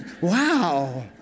Wow